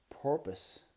Purpose